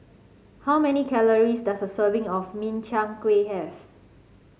how many calories does a serving of Min Chiang Kueh have